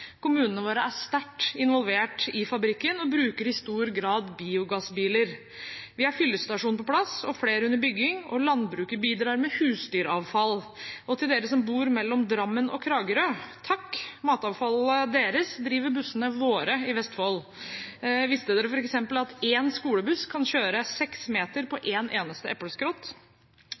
Kommunene våre er sterkt involvert i fabrikken og bruker i stor grad biogassbiler, vi har fyllestasjon på plass og flere under bygging, og landbruket bidrar med husdyravfall. Og til dere som bor mellom Drammen og Kragerø: Takk! Matavfallet deres driver bussene våre i Vestfold. Visste dere f.eks. at en skolebuss kan gjøre seks meter på en eneste